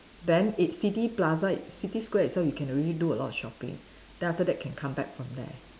then it city plaza city square itself you can already do a lot of shopping then after that can come back from there